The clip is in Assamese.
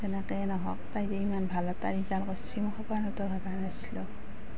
যেনেকৈ নহওক তাই যে ইমান ভাল এটা ৰিজাল্ট কৰিছে মই সপোনতো ভবা নাছিলো